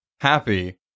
happy